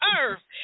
earth